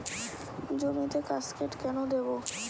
জমিতে কাসকেড কেন দেবো?